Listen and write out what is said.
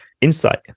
insight